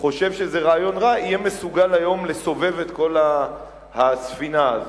חושב שזה רעיון רע יהיה מסוגל היום לסובב את כל הספינה הזאת.